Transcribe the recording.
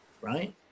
right